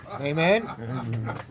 Amen